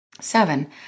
Seven